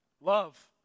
Love